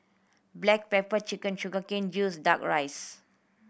black pepper chicken sugar cane juice Duck Rice